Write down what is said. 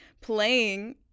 playing